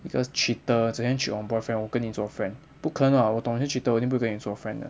一个 cheater 整天 cheat on boyfriend 我跟你做 friend 不可能 [what] 我懂你是 cheater 我一定不会跟你做 friend 的